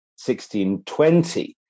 1620